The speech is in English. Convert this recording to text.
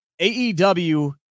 AEW